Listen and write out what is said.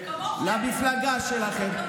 למפלגה שלכם.